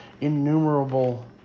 innumerable